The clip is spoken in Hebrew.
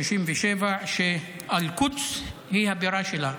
של 67' שאל-קודס היא הבירה שלה.